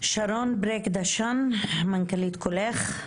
שרון בריק-דשן, מנכ"לית קולך.